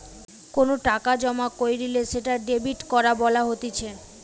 কোনো টাকা জমা কইরলে সেটা ডেবিট করা বলা হতিছে